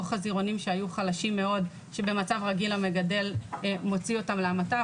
או חזירונים שהיו חלשים מאוד שבמצב רגיל המגדל מוציא אותם להמתה,